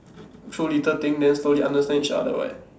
through little thing then slowly understand each other what